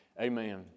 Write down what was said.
amen